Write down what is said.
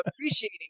appreciating